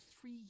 three